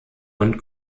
und